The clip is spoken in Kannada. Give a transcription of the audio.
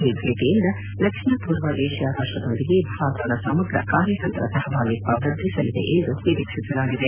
ಈ ಭೇಟೆಯಿಂದ ದಕ್ಷಿಣ ಪೂರ್ವ ಏಷ್ತಾ ರಾಷ್ಟದೊಂದಿಗೆ ಭಾರತದ ಸಮಗ್ರ ಕಾರ್ಯತಂತ್ರ ಸಹಭಾಗಿತ್ವ ವೃದ್ದಿಸಲಿದೆ ಎಂದು ನಿರೀಕ್ಷಿಸಲಾಗಿದೆ